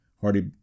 Hardy